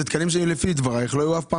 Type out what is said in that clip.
אלה תקנים שלפי דבריך לא היו אף פעם